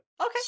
Okay